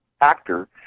actor